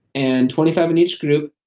and twenty five in each group,